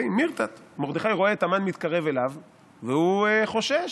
מירתת" מרדכי רואה את המן מתקרב אליו והוא חושש,